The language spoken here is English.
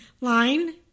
Line